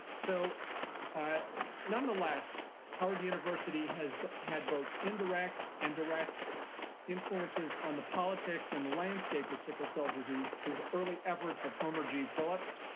so ah none the less, howard university has had both indirect and direct influences on the politics and the landscape of sickle cell disease through the early efforts of homer g. phillips,